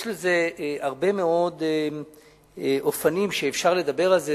יש הרבה מאוד אופנים שאפשר לדבר בהם על זה.